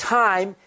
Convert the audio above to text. time